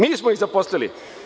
Mi smo ih zaposlili?